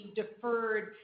deferred